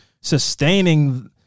sustaining